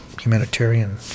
humanitarian